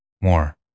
more